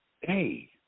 hey